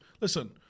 Listen